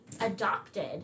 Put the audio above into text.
adopted